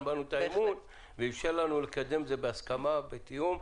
בנו אמון ואפשר לנו לקדם את זה בהסכמה ובתיאום.